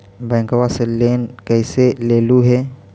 बैंकवा से लेन कैसे लेलहू हे?